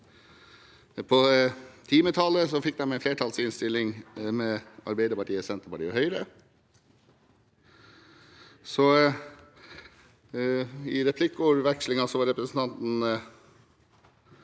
på timetallet fikk de en flertallsinnstilling med Arbeiderpartiet, Senterpartiet og Høyre. I replikkvekslingen var representanten